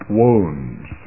wounds